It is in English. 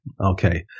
Okay